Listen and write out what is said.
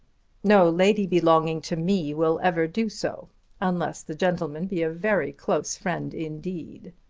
no lady belonging to me will ever do so unless the gentleman be a very close friend indeed.